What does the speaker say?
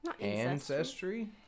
Ancestry